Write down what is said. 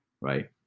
right